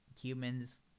humans